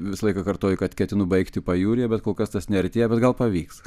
visą laiką kartoju kad ketinu baigti pajūryje bet kol kas tas neartėja bet gal pavyks